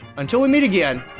until we meet again,